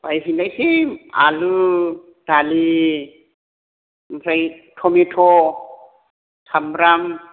बायहैनोसै आलु दालि ओमफ्राय टमेट' साम्ब्राम